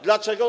Dlaczego?